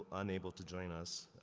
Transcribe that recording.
unable to join us,